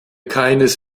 keines